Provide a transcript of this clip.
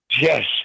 yes